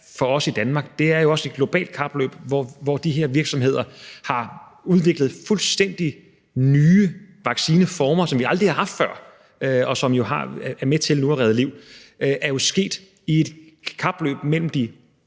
for os i Danmark, men også er et globalt kapløb, hvor de her virksomheder har udviklet fuldstændig nye vaccineformer, altså som vi aldrig har haft før, og som jo nu er med til at redde liv, jo er et kapløb mellem de